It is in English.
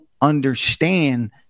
understand